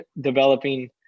developing